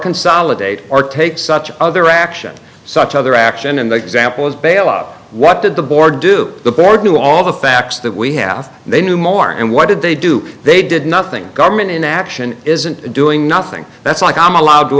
consolidate or take such other action such other action in the example is bail out what did the board do the board knew all the facts that we have they knew more and what did they do they did nothing government inaction isn't doing nothing that's like i'm allowed to